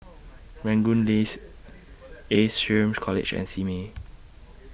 Rangoon Lane Ace Shrm College and Simei